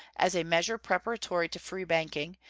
as a measure preparatory to free banking,